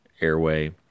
airway